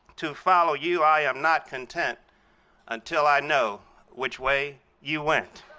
to follow you i am not content until i know which way you went.